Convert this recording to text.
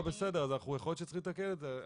בסדר, אז יכול להיות שצריך לתקן את זה.